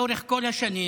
לאורך כל השנים,